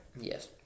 Yes